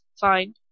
Fine